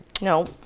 No